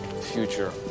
future